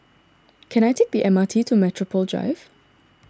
can I take the M R T to Metropole Drive